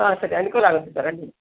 ಹಾಂ ಸರಿ ಅನುಕೂಲ ಆಗುತ್ತೆ ಸರ್ ಅಡ್ಡಿಯಿಲ್ಲ